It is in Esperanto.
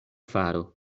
faro